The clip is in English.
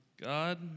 God